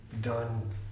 done